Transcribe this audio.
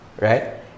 right